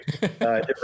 different